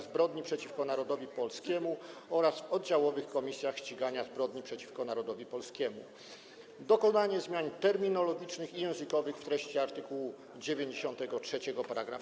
Zbrodni przeciwko Narodowi Polskiemu oraz w oddziałowych komisjach ścigania zbrodni przeciwko narodowi polskiemu, a także o dokonaniu zmian terminologicznych i językowych w treści art. 93